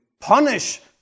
punish